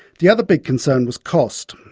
the other big concern was cost.